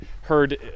heard